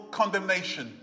condemnation